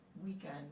weekend